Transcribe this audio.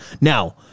Now